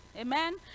Amen